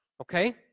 Okay